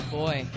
boy